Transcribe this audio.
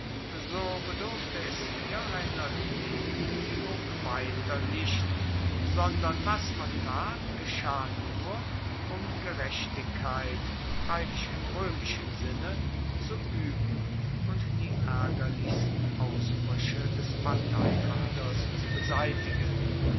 so bedurfte es hier einer demuetigung weiter nicht sondern was man tat geschah nur um gerechtigkeit freilich im roemischen sinne zu ueben und die aergerlichsten ausbrueche des parteihaders zu beseitigen